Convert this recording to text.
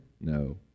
no